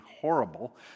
horrible